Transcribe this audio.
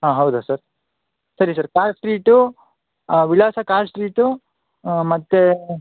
ಹಾಂ ಹೌದಾ ಸರ್ ಸರಿ ಸರ್ ಕಾರ್ ಸ್ಟ್ರೀಟೂ ವಿಳಾಸ ಕಾರ್ ಸ್ಟ್ರೀಟು ಮತ್ತೆ